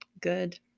good